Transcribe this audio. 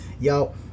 yo